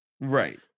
Right